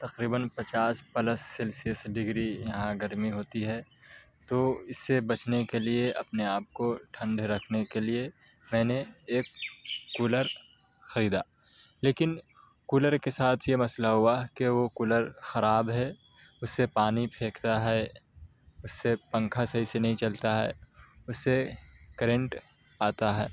تقریباً پچاس plus Celsius degree یہاں گرمی ہوتی ہے تو اس سے بچنے کے لیے اپنے آپ کو ٹھنڈے رکھنے کے لیے میں نے ایک کولر خریدا لیکن کولر کے ساتھ یہ مسئلہ ہوا کہ وہ کولر خراب ہے اس سے پانی پھینکتا ہے اس سے پنکھا صحیح سے نہیں چلتا ہے اس سے کرنٹ آتا ہے